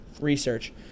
research